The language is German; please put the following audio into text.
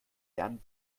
lernen